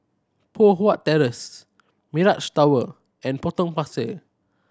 Poh Huat Terrace Mirage Tower and Potong Pasir